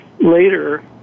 later